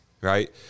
right